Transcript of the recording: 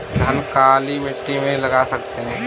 धान काली मिट्टी में लगा सकते हैं?